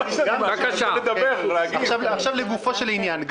עכשיו לגופו של עניין.